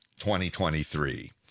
2023